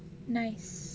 nice